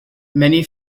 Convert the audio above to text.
many